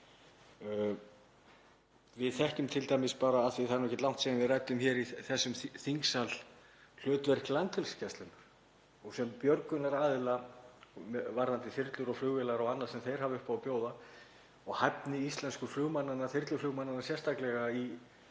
Við þekkjum t.d., af því að það er ekki langt síðan við ræddum hér í þessum þingsal, hlutverk Landhelgisgæslunnar sem björgunaraðila varðandi þyrlur og flugvélar og annað sem þeir hafa upp á að bjóða og hæfni íslensku flugmannanna, þyrluflugmannanna sérstaklega, í